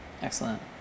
Excellent